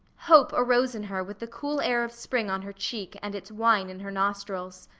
hope arose in her with the cool air of spring on her cheek and its wine in her nostrils.